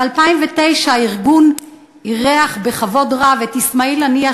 ב-2009 הארגון אירח בכבוד רב את אסמאעיל הנייה,